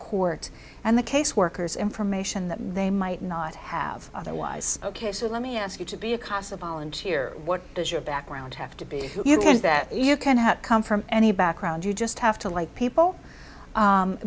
court and the caseworkers information that they might not have otherwise ok so let me ask you to be a cost of volunteer what does your background have to be that you cannot come from any background you just have to like people